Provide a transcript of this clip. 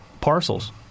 parcels